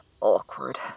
awkward